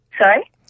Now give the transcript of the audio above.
Sorry